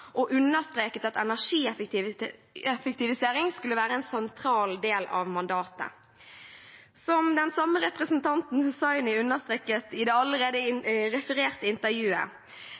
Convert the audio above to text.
og understreket at energieffektivisering skulle være en sentral del av mandatet. Som den samme representanten Hussaini understreket i det allerede refererte intervjuet: